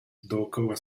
dookoła